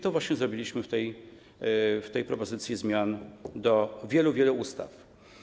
To właśnie zrobiliśmy w tej propozycji zmian do wielu, wielu ustaw.